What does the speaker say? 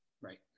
Right